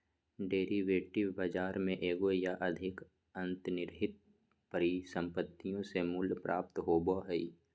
derivative बाजार में एगो या अधिक अंतर्निहित परिसंपत्तियों से मूल्य प्राप्त होबो हइ